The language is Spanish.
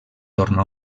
torno